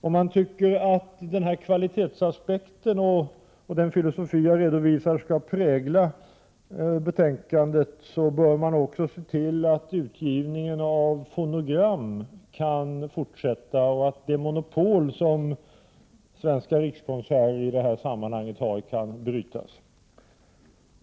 Om man tycker att kvalitetsaspekten och den filosofi jag redovisat skall prägla betänkandet bör man också se till att utgivningen av fonogram kan fortsätta och att det monopol som Svenska rikskonserter i det här sammanhanget har kan brytas.